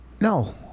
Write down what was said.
No